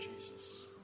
jesus